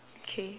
okay